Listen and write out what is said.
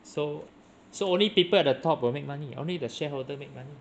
so so only people at the top will make money only the shareholder make money